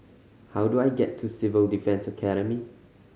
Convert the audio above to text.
how do I get to Civil Defence Academy